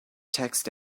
text